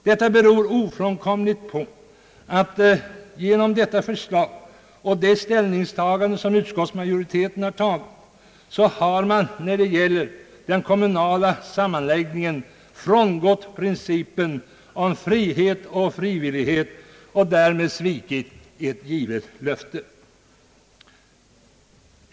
Detta beror ofrånkomligt på att genom propositionens förslag och det ställningstagande utskottsmajoriteten gjort har man när det gäller den kommunala sammanläggningen frångått principen om frihet och frivillighet och därmed svikit ett givet löfte.